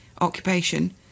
occupation